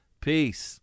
Peace